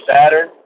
Saturn